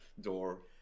door